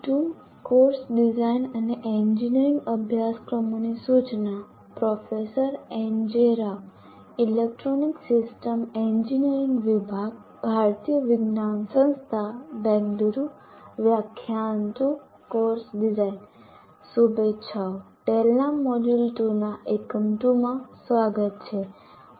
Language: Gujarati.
શુભેચ્છાઓ TALE ના મોડ્યુલ 2 ના એકમ 2 માં સ્વાગત છે